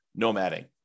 nomading